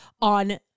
on